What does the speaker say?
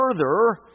further